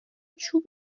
چوب